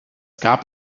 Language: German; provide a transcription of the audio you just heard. gab